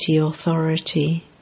authority